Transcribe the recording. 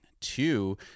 two